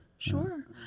Sure